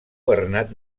bernat